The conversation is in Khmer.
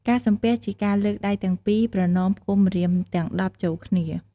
ការសំពះ ជាការលើកដៃទាំងពីរ ប្រណមផ្គុំម្រាមទាំង១០ចូលគ្នា។